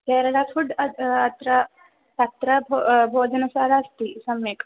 Kerala food अद् अत्र अत्र भो भोजनशाला अस्ति सम्यक्